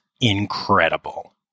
incredible